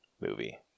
movie